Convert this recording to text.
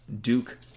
Duke